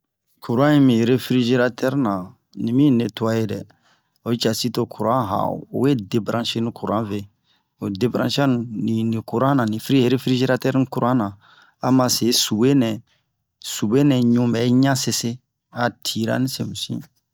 courant i mi refrigerateur na ni mi nettoyer dɛ oyi casi to courant ha'o o we debrancher ni courant ve oyi debrancher ni refrigerateur ni courant na a ma se soube nɛ ɲu bɛ ɲa sese a tira ni semouse